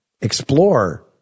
explore